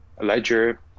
ledger